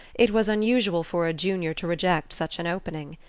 it was unusual for a junior to reject such an opening.